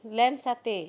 lamb satay